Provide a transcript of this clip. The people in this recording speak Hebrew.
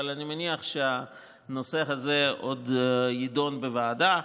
אבל אני מניח שהנושא הזה עוד יידון בוועדה.